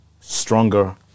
stronger